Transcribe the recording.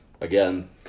Again